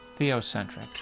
theocentric